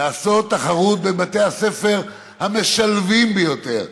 לעשות תחרות בבתי הספר המשלבים ביותר,